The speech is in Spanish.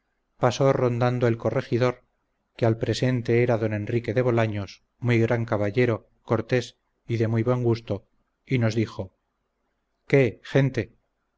pasó rondando el corregidor que al presente era d enrique de bolaños muy gran caballero cortés y de muy buen gusto y nos dijo qué gente